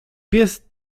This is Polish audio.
pies